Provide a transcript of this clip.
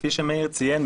כפי שמאיר שפיגלר ציין,